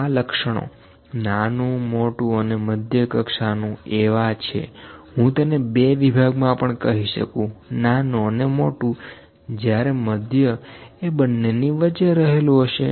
આ લક્ષણો નાનુંમોટું અને મધ્ય કક્ષાનું એવા છે હું તેને બે વિભાગમાં પણ કહી શકું નાનું અને મોટું જ્યારે મધ્ય એ બંનેની વચ્ચે રહેલું થશે